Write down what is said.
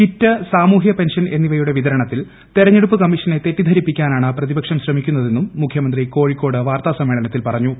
kit സാമൂഹ്യ pension എന്നിവയുടെ വിതരണത്തിൽ തെരഞ്ഞെടുപ്പ് കമ്മീഷനെ തെറ്റിദ്ധരിപ്പിക്കാനാണ് പ്രതിപക്ഷം ശ്രമിക്കുന്നതെന്നും കോഴിക്കോട് വാർത്താസമ്മേളനത്തിൽ പറഞ്ഞു